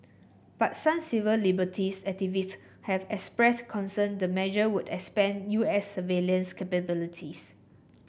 but some civil liberties activist have expressed concern the measure would expand U S surveillance capabilities